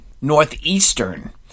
Northeastern